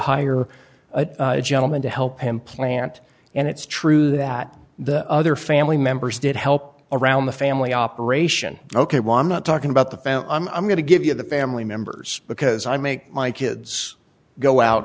hire a gentleman to help him plant and it's true that the other family members did help around the family operation ok well i'm not talking about the found i'm going to give you the family members because i make my kids go out